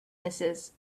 misses